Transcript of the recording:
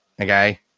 Okay